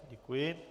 Děkuji.